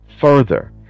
further